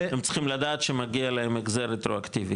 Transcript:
הם צריכים לדעת שמגיע להם החזר רטרואקטיבי,